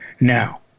now